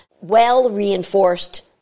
well-reinforced